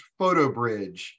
PhotoBridge